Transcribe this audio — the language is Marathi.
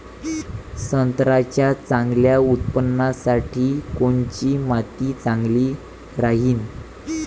संत्र्याच्या चांगल्या उत्पन्नासाठी कोनची माती चांगली राहिनं?